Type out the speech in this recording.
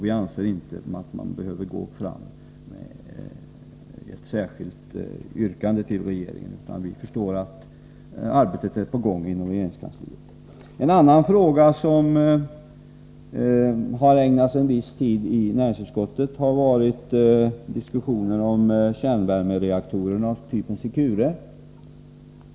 Vi anser inte att man behöver gå fram med ett särskilt yrkande till regeringen, utan vi förstår att arbetet pågår inom regeringskansliet. En annan fråga som ägnats en viss tid i näringsutskottet har varit diskussionerna om kärnvärmereaktorer av typen Secure.